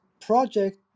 project